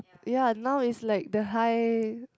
ya now is like the high